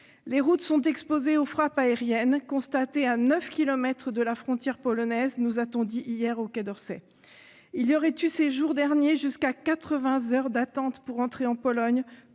Les routes sont exposées aux frappes aériennes, constatées à neuf kilomètres de la frontière polonaise, nous a-t-on dit hier au Quai d'Orsay. Il y aurait eu ces jours derniers jusqu'à quatre-vingts heures d'attente pour entrer en Pologne,